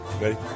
Ready